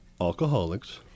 alcoholics